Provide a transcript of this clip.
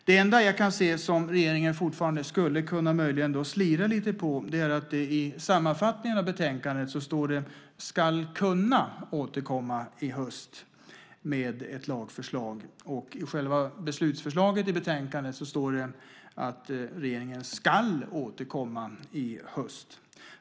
Det enda som gör att regeringen möjligen fortfarande skulle kunna slira lite på det här är att det i sammanfattningen av betänkandet står att man ska kunna återkomma i höst med ett lagförslag. I själva beslutsförslaget i betänkandet står det att regeringen skall återkomma i höst.